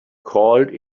called